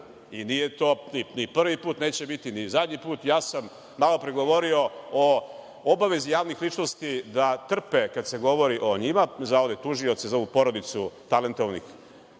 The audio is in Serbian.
i nije to ni prvi put i neće biti ni zadnji put. Malopre sam govorio o obavezi javnih ličnosti da trpe kad se govori o njima, za ove tužioce, za ovu porodicu talentovanih